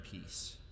peace